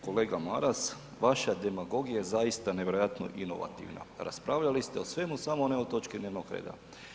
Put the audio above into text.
Kolega Maras vaša demagogija je zaista nevjerojatno inovativna, raspravljali ste o svemu samo ne o točki dnevnog reda.